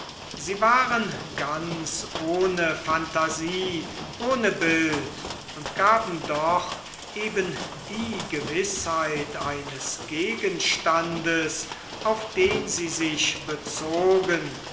sie waren ganz ohne phantasie ohne bild und gaben doch eben die gewißheit eines gegenstandes auf den sie sich bezogen